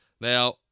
Now